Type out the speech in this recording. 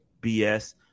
BS